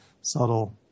subtle